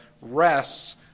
rests